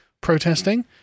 protesting